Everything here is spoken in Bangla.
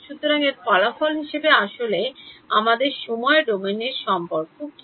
সুতরাং এর ফলাফল হিসাবে আসলে আমাদের সময় ডোমেন সম্পর্ক কি